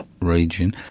region